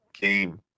game